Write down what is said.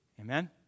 Amen